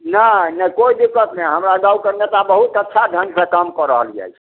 नहि नहि कोइ दिक्कत नहि हमरा गाँव कऽ नेता बहुत अच्छा ढङ्ग से काम कऽ रहल अछि